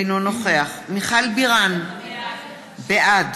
אינו נוכח מיכל בירן, בעד